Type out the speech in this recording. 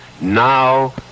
now